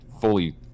fully